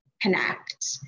connect